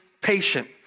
patient